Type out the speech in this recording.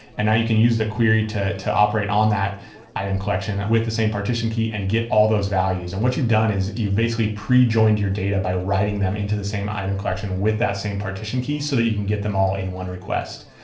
and now you can use the query to to operate on that item collection with the same partition key and get all those values. and what you've done is you've basically pre-joined your data by writing them into the same item collection with that same partition key so that you can get them all in one request.